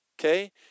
okay